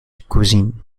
cuisine